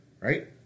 right